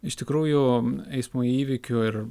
iš tikrųjų eismo įvykių ir